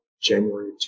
January